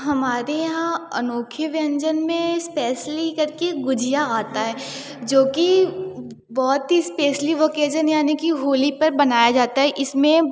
हमारे यहाँ अनोखे व्यंजन में इस्पेशली करके गुजिया आता है जो कि बहुत ही इस्पेशली ओकेजन यानी कि होली पर बनाया जाता है इसमें